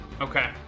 Okay